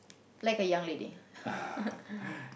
like a young lady